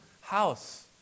house